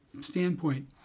standpoint